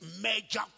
major